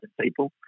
people